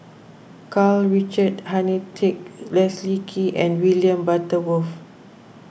Karl Richard Hanitsch Leslie Kee and William Butterworth